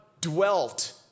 dwelt